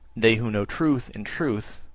they who know truth in truth,